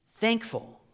thankful